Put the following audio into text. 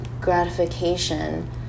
gratification